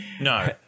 no